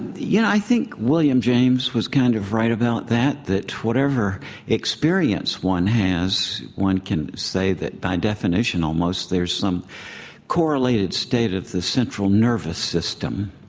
yeah, i think william james was kind of right about that, that whatever experience one has one can say that by definition almost there's some correlated state of the central nervous system.